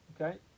Okay